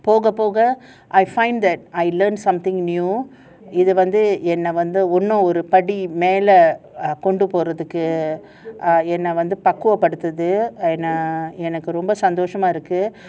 போக போக:poga poga I find that I learn something new இது வந்து என்ன வந்து இன்னும் ஒரு படி மேல கொண்டு போரதுக்கு என்ன வந்து பக்குவப்படுத்துது எனக்கு ரொம்ப சந்தோசமா இருக்கு:ithu vanthu enna vanthu innum oru padi mela kondu porathukku enna vanthu pakkuvappaduthuthu enakku romba enakku romba santhosama irukku